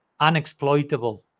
unexploitable